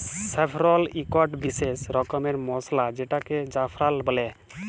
saffron ইকট বিসেস রকমের মসলা যেটাকে জাফরাল বল্যে